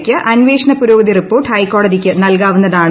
ക്ക് അന്വേഷണ പുരോഗതി റിപ്പോർട്ട് ഹൈക്കോടതിക്ക് നൽകാവുന്നതാണ്